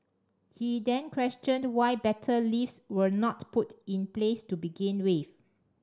he then questioned why better lifts were not put in place to begin with